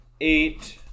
eight